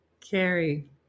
Carrie